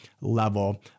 level